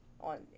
on